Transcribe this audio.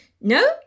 no